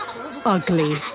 ugly